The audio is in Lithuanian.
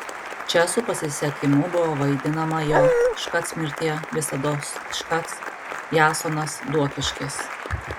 čia su pasisekimu buvo vaidinama jo škac mirtie visados škac jasonas duokiškis